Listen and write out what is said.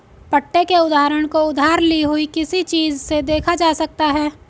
पट्टे के उदाहरण को उधार ली हुई किसी चीज़ से देखा जा सकता है